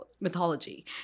mythology